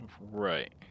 Right